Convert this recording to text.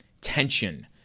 tension